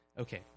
Okay